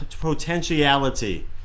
potentiality